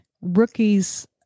rookies